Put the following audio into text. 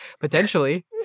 potentially